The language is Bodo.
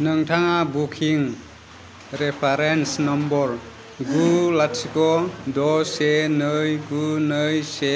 नोंथाङा बुकिं रेफारेन्स नम्बर गु लाथिख' द' से नै गु नै से